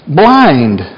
blind